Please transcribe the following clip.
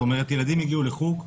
ילדים הגיעו לחוג,